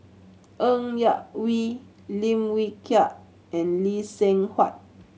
Ng Yak Whee Lim Wee Kiak and Lee Seng Huat